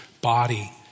body